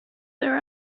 their